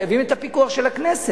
חייבים את הפיקוח של הכנסת,